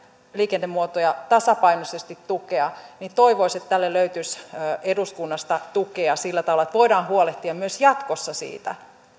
liikennemuotoja tasapainoisesti tukea toivoisi että tälle löytyisi eduskunnasta tukea sillä tavalla että voidaan huolehtia myös jatkossa siitä